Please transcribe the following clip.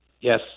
yes